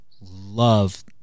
love